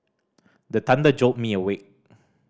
the thunder jolt me awake